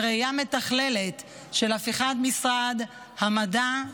בראייה מתכללת של הפיכת משרד המדע,